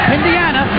Indiana